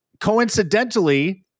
Coincidentally